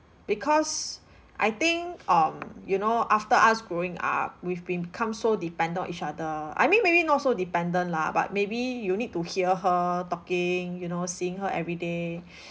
because I think um you know after us growing up we've become so depend on each other I mean maybe not so dependent lah but maybe you need to hear her talking you know seeing her every day